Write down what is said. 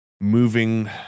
moving